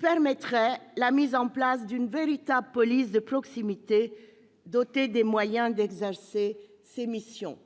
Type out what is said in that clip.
permettrait de mettre en place une véritable police de proximité dotée des moyens d'exercer ses missions.